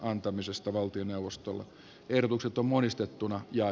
juha sipilä mauri pekkarisen kannattamana